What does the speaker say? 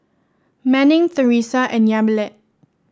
Manning Theresa and Yamilet